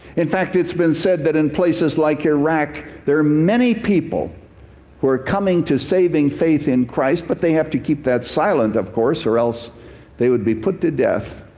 in fact, it's been said that in places like iraq there are many people who are coming to saving faith in christ, but they have to keep that silent, of course, or else they would be put to death.